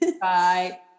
Bye